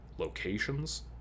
locations